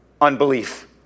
unbelief